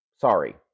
Sorry